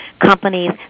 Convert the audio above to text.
companies